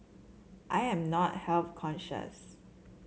I am not health conscious